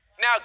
Now